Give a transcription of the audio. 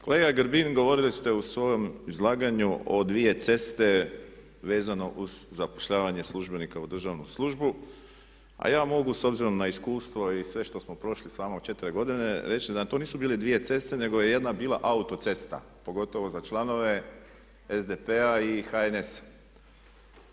Kolega Grbin govorili ste u svojem izlaganju o dvije ceste vezano uz zapošljavanje službenika u državnu službu, a ja vam mogu s obzirom na iskustvo i sve što smo prošli s vama u 4 godine reći da to nisu bile dvije ceste nego je jedna bila autocesta, pogotovo za članove SDP-a i HNS-a.